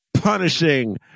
punishing